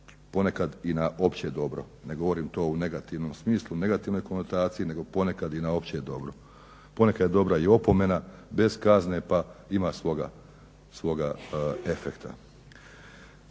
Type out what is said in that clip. ponekad i na opće dobro. Ne govorim to u negativnom smislu, u negativnoj konotaciji nego ponekad i na opće dobro. Ponekad je dobra i opomena bez kazne pa ima svoga efekta.